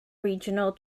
regional